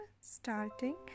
starting